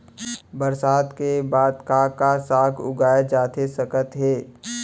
बरसात के बाद का का साग उगाए जाथे सकत हे?